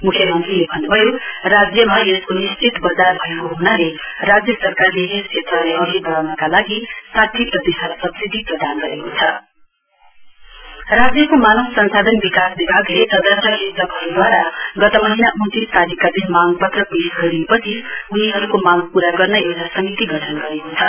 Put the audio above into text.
मुख्यमन्त्रीले भन्नुभयो राज्यमा यसको निश्चित बजार भएको हूनाले राज्य सरकारले यस क्षेत्रलाई अघि बडाउनका लागि साठी प्रतिशत सब्सिडी प्रदान गरेको छ कमिटि एडहक टिचर राज्यको मानव संसाधन विकास विभागले तदर्थ शिक्षकहरूद्वारा गत महीना उन्तीस तारीकका दिन मांगपत्र पेश गरिएपछि उनीहरूको मांग पूरा गर्न एउटा समिति गठन गरेको छ